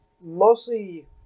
mostly